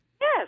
Yes